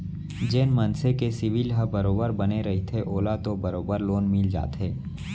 जेन मनसे के सिविल ह बरोबर बने रहिथे ओला तो बरोबर लोन मिल जाथे